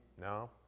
no